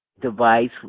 device